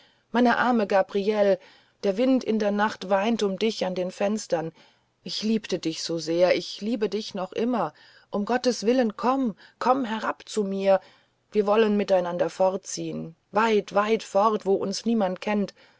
meine arme gabriele der wind in der nacht weint um dich an den fenstern ich liebte dich so sehr ich lieb dich noch immer um gottes willen komm komm herab zu mir wir wollen miteinander fortziehen weit weit fort wo uns niemand kennt